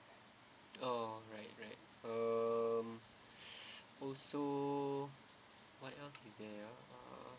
oh right right um also what else is there your uh